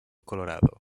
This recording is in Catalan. colorado